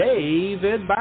David